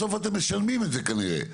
בסוף אתם שלמים את זה כנראה,